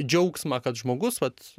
džiaugsmą kad žmogus vat